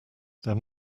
there